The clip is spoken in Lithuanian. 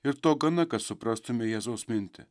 ir to gana kad suprastumėme jėzaus mintį